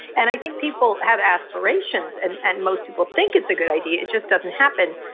and i think people have aspirations, and and most people think it's a good idea. it just doesn't happen.